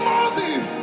Moses